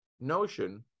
notion